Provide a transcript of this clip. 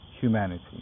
Humanity